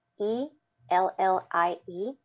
E-L-L-I-E